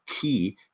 key